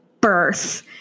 birth